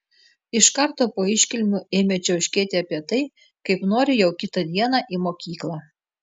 iš karto po iškilmių ėmė čiauškėti apie tai kaip nori jau kitą dieną į mokyklą